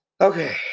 okay